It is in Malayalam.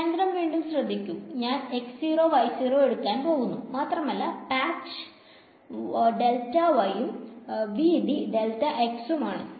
കേന്ദ്രം വീണ്ടും ശ്രദ്ധിക്കു ഞാൻ എടുക്കാൻ പോകുന്നു മാത്രമല്ല പാച്ച് ഉം വീതി ഉം ആണ്